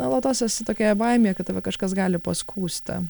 nuolatos esi tokioje baimėje kad tave kažkas gali paskųsta